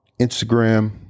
Instagram